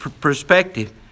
perspective